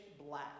black